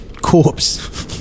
corpse